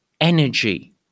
energy